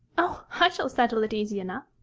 oh! i shall settle it easy enough.